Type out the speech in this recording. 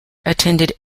attended